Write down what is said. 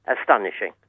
astonishing